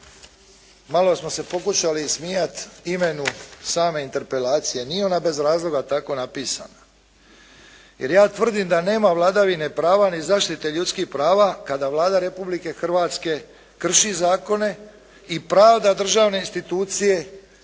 Malo smo se pokušali ismijati imenu same interpelacije. Nije ona bez razloga tako napisana. Jer ja tvrdim da nema vladavine prava ni zaštite ljudskih prava kada Vlada Republike Hrvatske krši zakone i pravda državne institucije